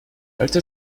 alte